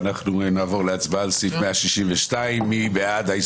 אנחנו נעבור להצבעה על הסתייגות 162. מי בעד?